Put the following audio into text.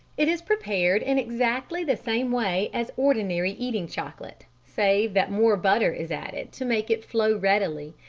it is prepared in exactly the same way as ordinary eating chocolate, save that more butter is added to make it flow readily,